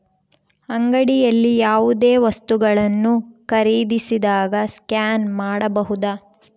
ಅಂಗಡಿಯಲ್ಲಿ ಯಾವುದೇ ವಸ್ತುಗಳನ್ನು ಖರೇದಿಸಿದಾಗ ಸ್ಕ್ಯಾನ್ ಮಾಡಬಹುದಾ?